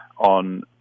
on